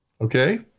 Okay